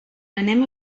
anem